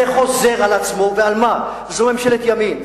זאת ממשלת ימין,